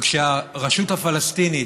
וכשהרשות הפלסטינית